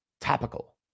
topical